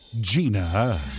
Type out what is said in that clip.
Gina